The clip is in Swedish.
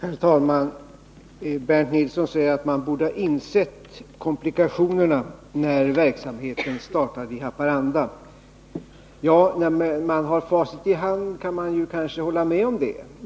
Herr talman! Bernt Nilsson säger att vi borde ha insett komplikationerna när verksamheten startade i Haparanda. Ja, när man har facit i handen kan man kanske hålla med om det.